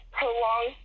prolong